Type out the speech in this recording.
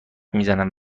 میزنند